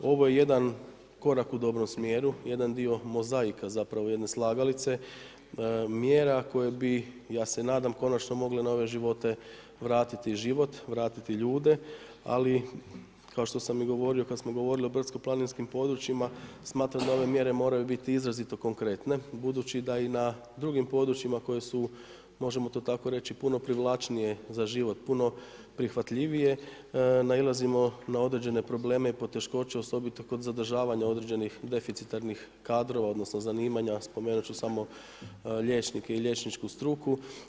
Ovo je jedan korak u dobrom smjeru, jedan dio mozaika, zapravo jedne slagalice mjera koje bi, ja se nadam konačno mogle na ove živote vratiti život, vratiti ljude ali kao što sam i govorio kada smo govorili o brdsko planinskim područjima, smatram da ove mjere moraju biti izrazito konkretne budući da i na drugim područjima koje su, možemo to tako reći puno privlačnije za život, puno prihvatljivije, nailazimo na određene probleme i poteškoće, osobito kod zadržavanja određenih deficitarnih kadrova, odnosno zanimanja, spomenuti ću samo liječnike i liječničku struku.